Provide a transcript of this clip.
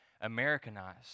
Americanized